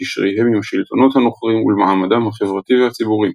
לקשריהם עם השלטונות הנוכרים ולמעמדם החברתי והציבורי.